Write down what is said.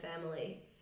family